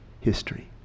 history